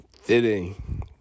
fitting